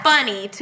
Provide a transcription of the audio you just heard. Funny